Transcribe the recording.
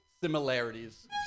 similarities